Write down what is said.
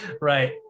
Right